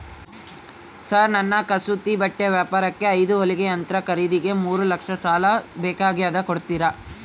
Sir ನನ್ನ ಕಸೂತಿ ಬಟ್ಟೆ ವ್ಯಾಪಾರಕ್ಕೆ ಐದು ಹೊಲಿಗೆ ಯಂತ್ರ ಖರೇದಿಗೆ ಮೂರು ಲಕ್ಷ ಸಾಲ ಬೇಕಾಗ್ಯದ ಕೊಡುತ್ತೇರಾ?